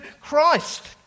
Christ